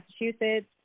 Massachusetts